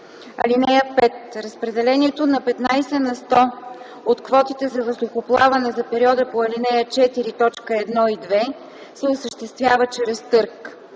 период. (5) Разпределението на 15 на сто от квотите за въздухоплаване за периода по ал. 4, т. 1 и 2 се осъществява чрез търг.